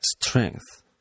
strength